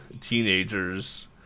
teenagers